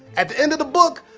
at the end of the book,